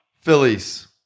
Phillies